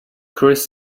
chris